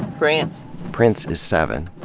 prince. prince is seven.